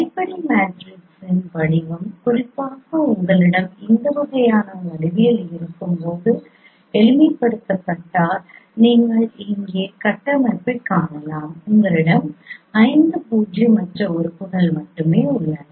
அடிப்படை மேட்ரிக்ஸின் வடிவம் குறிப்பாக உங்களிடம் இந்த வகையான வடிவியல் இருக்கும்போது எளிமைப்படுத்தப்பட்டால் நீங்கள் இங்கே கட்டமைப்பைக் காணலாம் உங்களிடம் 5 பூஜ்ஜியமற்ற உறுப்புகள் மட்டுமே உள்ளன